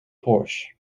porsche